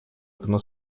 окно